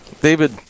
David